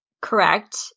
correct –